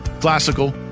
Classical